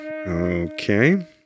Okay